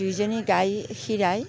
দুইজনী গাই খিৰাই